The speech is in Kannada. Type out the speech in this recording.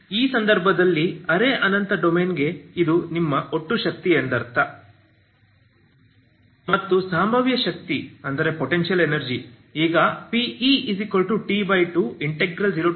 ಈ ಸಂದರ್ಭದಲ್ಲಿ ಅರೆ ಅನಂತ ಡೊಮೇನ್ಗೆ ಇದು ನಿಮ್ಮ ಒಟ್ಟು ಶಕ್ತಿ ಎಂದರ್ಥ ಮತ್ತು ಸಂಭಾವ್ಯ ಶಕ್ತಿ ಈಗ P